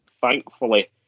thankfully